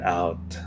out